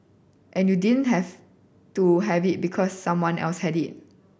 and you didn't have to have it because someone else had it